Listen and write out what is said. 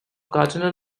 cardinal